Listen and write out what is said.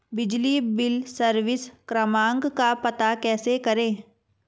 बिजली bill service क्रमांक का पता कैसे करें?